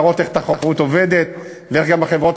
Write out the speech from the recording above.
להראות איך תחרות עובדת ואיך גם החברות